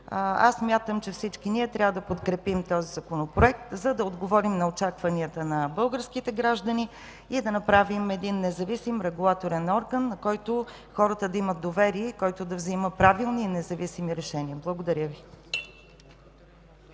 Аз смятам, че всички ние трябва да подкрепим този законопроект, за да отговорим на очакванията на българските граждани и да направим един независим регулаторен орган, на който хората да имат доверие и който да взима правилни и независими решения. Благодаря Ви.